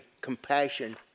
compassion